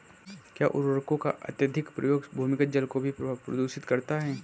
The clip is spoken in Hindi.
क्या उर्वरकों का अत्यधिक प्रयोग भूमिगत जल को भी प्रदूषित करता है?